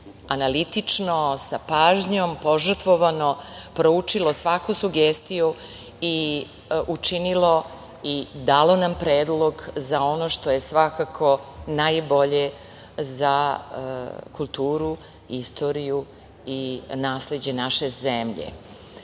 analitično, sa pažnjom, požrtvovano, proučilo svaku sugestiju i učinilo i dalo nam predlog za ono što je svakako najbolje za kulturu, istoriju i nasleđe naše zemlje. Bez